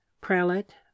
prelate